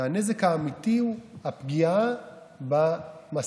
והנזק האמיתי הוא הפגיעה במסורת,